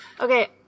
Okay